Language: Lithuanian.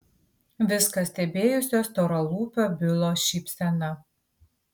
viską stebėjusio storalūpio bilo šypsena